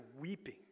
weeping